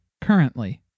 currently